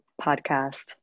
podcast